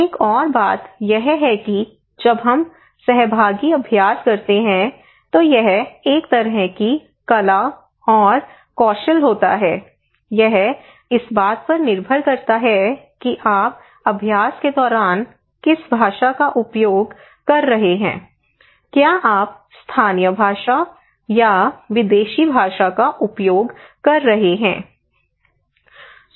एक और बात यह है कि जब हम सहभागी अभ्यास करते हैं तो यह एक तरह की कला और कौशल होता है यह इस बात पर निर्भर करता है कि आप अभ्यास के दौरान किस भाषा का उपयोग कर रहे हैं क्या आप स्थानीय भाषा या विदेशी भाषा का उपयोग कर रहे हैं